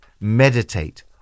meditate